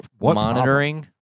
monitoring